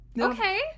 Okay